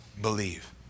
believe